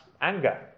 anger